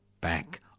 back